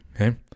Okay